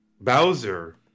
Bowser